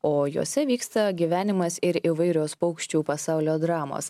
o juose vyksta gyvenimas ir įvairios paukščių pasaulio dramos